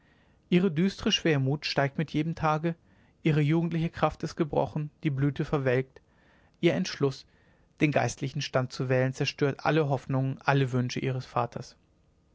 ihre düstre schwermut steigt mit jedem tage ihre jugendliche kraft ist gebrochen die blüte verwelkt ihr entschluß den geistlichen stand zu wählen zerstört alle hoffnungen alle wünsche ihres vaters